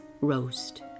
roast